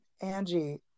Angie